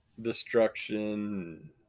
destruction